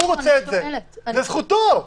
הוא רוצה וזו זכותו.